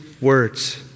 words